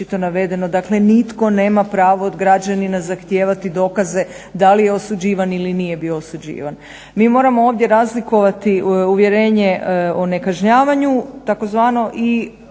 Dakle, nitko nema pravo od građanina zahtijevati dokaze da li je osuđivan ili nije bio osuđivan. Mi moramo ovdje razlikovati uvjerenje o nekažnjavanju tzv. i ono